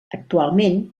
actualment